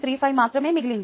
35 మాత్రమే మిగిలింది